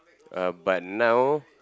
uh but now